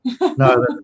No